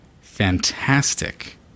fantastic